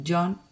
John